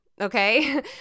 okay